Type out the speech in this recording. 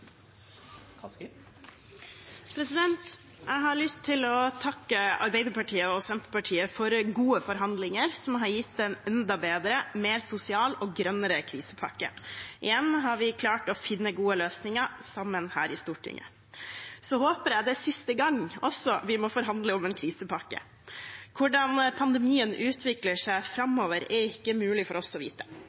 til. Jeg har lyst til å takke Arbeiderpartiet og Senterpartiet for gode forhandlinger som har gitt en enda bedre, mer sosial og grønnere krisepakke. Igjen har vi klart å finne gode løsninger sammen her i Stortinget. Så håper jeg også at det er siste gang vi må forhandle om en krisepakke. Hvordan pandemien utvikler seg framover, er ikke mulig for oss å vite.